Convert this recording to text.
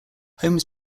homes